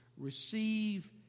receive